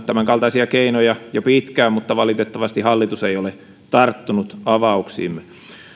tämänkaltaisia keinoja jo pitkään mutta valitettavasti hallitus ei ole tarttunut avauksiimme